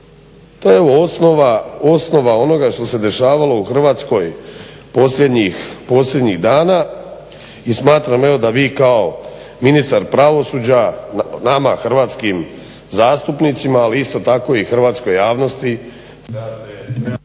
To je evo osnova onoga što se dešavalo u Hrvatskoj posljednjih dana i smatram evo da vi kao ministar pravosuđa nama hrvatskim zastupnicima ali isto tako i hrvatskoj javnosti